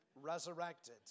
resurrected